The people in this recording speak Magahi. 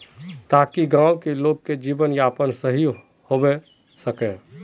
ताकि गाँव की लोग के जीवन यापन सही होबे सके?